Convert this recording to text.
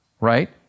right